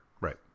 Right